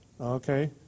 Okay